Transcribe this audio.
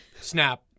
snap